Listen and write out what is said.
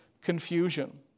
confusion